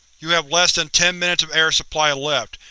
you have less than ten minutes of air supply left.